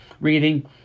reading